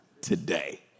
today